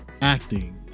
acting